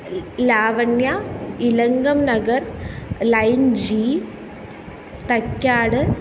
Lavanya Ilangam Nagar line G Thycaud